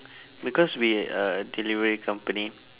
because we are a delivery company